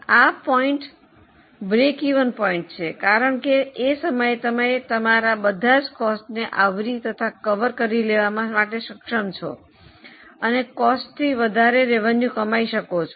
આ બિંદુ સમતૂર બિંદુ છે કારણ કે આ સમયે તમે તમારા બધા કોસ્ટને આવરી અથવા કવર કરી લેવામાં માટે સક્ષમ છો અને કોસ્ટથી વધારે રેવેન્યુ કમાઈ શકો છો